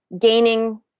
gaining